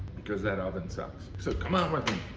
because that oven sucks. so come on with me.